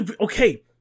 okay